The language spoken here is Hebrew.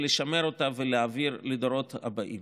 ולשמר אותה ולהעביר לדורות הבאים.